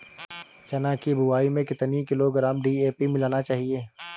चना की बुवाई में कितनी किलोग्राम डी.ए.पी मिलाना चाहिए?